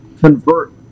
convert